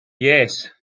yes